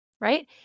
Right